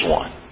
one